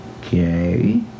Okay